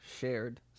shared